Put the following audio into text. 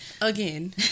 again